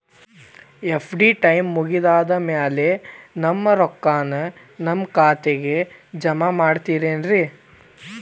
FD time ಮುಗಿದಾದ್ ಮ್ಯಾಲೆ ನಮ್ ರೊಕ್ಕಾನ ನಮ್ ಖಾತೆಗೆ ಜಮಾ ಮಾಡ್ತೇರೆನ್ರಿ?